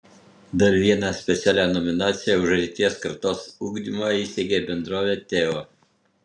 dar vieną specialią nominaciją už ateities kartos ugdymą įsteigė bendrovė teo